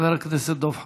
חבר הכנסת דב חנין.